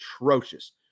atrocious